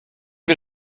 wir